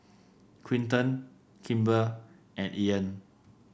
Quinton Kimber and Ean